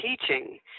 teaching